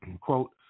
quote